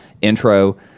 intro